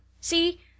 See